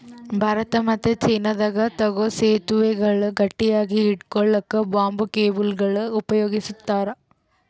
ಭಾರತ ಮತ್ತ್ ಚೀನಾದಾಗ್ ತೂಗೂ ಸೆತುವೆಗಳ್ ಗಟ್ಟಿಯಾಗ್ ಹಿಡ್ಕೊಳಕ್ಕ್ ಬಂಬೂ ಕೇಬಲ್ಗೊಳ್ ಉಪಯೋಗಸ್ತಾರ್